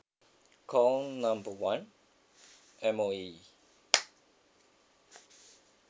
call number one M_O_E